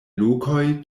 lokoj